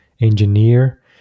engineer